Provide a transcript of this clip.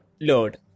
load